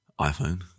iPhone